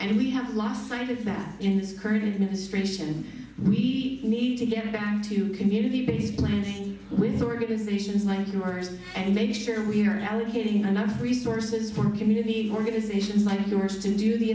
and we have lost sight of that in this current administration we need to get back to community based planning with organizations like yours and make sure we're allocating enough resources for the community organization my nurse to do the